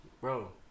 bro